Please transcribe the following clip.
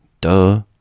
Duh